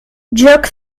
jerk